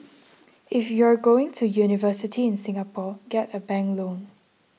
if you're going to university in Singapore get a bank loan